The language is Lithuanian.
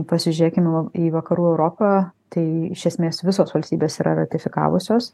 pasižiūrėkim į į vakarų europą tai iš esmės visos valstybės yra ratifikavusios